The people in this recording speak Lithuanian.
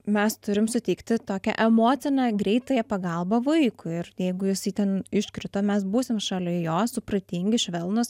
mes turim suteikti tokią emocinę greitąją pagalbą vaikui ir jeigu jisai ten iškrito mes būsim šalia jo supratingi švelnūs